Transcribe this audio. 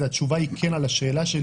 התשובה היא כן על השאלה שלי,